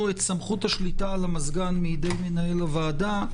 את סמכות השליטה על המזגן מידי מנהל הועדה.